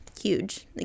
huge